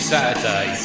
Saturday